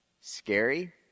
scary